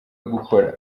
gukora